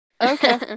Okay